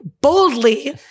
boldly